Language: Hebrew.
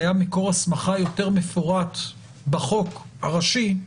היה מקור הסמכה יותר מפורט בחוק הראשי,